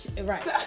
Right